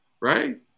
right